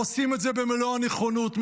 עושים את זה במלוא הנכונות,